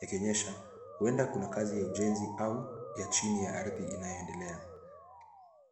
yakionyesha huenda kuna kazi ya ujenzi au ya chini ya ardhi inayoendelea.